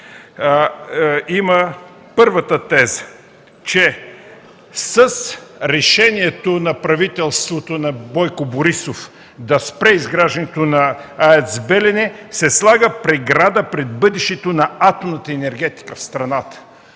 Воденичаров, че с решението на правителството на Бойко Борисов да спре изграждането на АЕЦ „Белене”, се слага преграда пред бъдещето на атомната енергетика в страната.